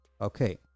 okay